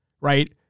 right